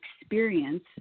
experience